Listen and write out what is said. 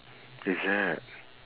is it